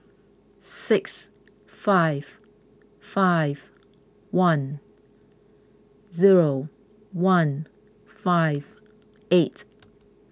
six five five one zero one five eight